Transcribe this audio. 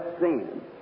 sin